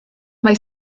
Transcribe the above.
mae